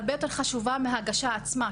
הרבה יותר חשובים מההגשה עצמה.